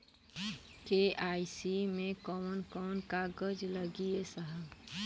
KYC मे कवन कवन कागज लगी ए साहब?